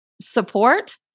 support